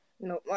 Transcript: No